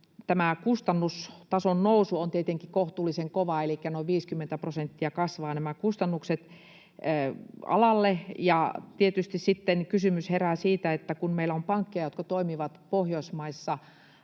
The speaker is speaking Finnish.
Tämä kustannustason nousu on tietenkin kohtuullisen kova, elikkä noin 50 prosenttia kasvavat nämä kustannukset alalle. Tietysti sitten kysymys herää siitä, että kun meillä on pankkeja, jotka toimivat Pohjoismaissa